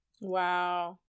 Wow